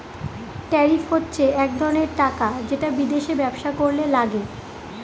tariff হচ্ছে এক ধরনের টাকা যেটা বিদেশে ব্যবসা করলে লাগে